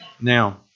now